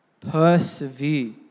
persevere